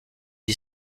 est